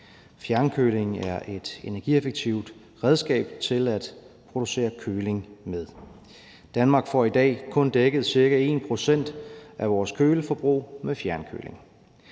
Fjernkøling er et energieffektivt redskab til at producere køling med. Danmark får i dag kun dækket ca. 1 pct. af vores køleforbrug med fjernkøling.